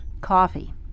Coffee